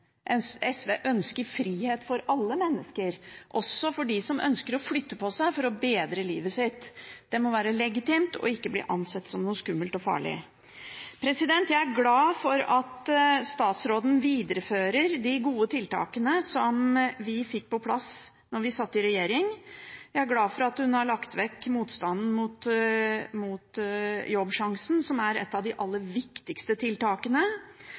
SV ønsker frihet for alle mennesker, også for dem som ønsker å flytte på seg for å bedre livet sitt. Det må være legitimt og ikke bli ansett som noe skummelt og farlig. Jeg er glad for at statsråden viderefører de gode tiltakene som vi fikk på plass da vi satt i regjering. Jeg er glad for at hun har lagt vekk motstanden mot Jobbsjansen, som er et av de aller viktigste tiltakene.